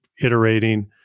iterating